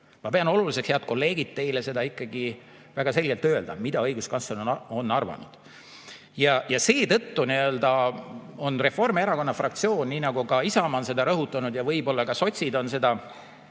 Ma pean oluliseks, head kolleegid, teile ikkagi väga selgelt öelda, mida õiguskantsler on arvanud. Seetõttu on Reformierakonna fraktsioonil – nii nagu ka Isamaa on seda rõhutanud ja võib-olla sotsidki on sellele